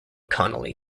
connolly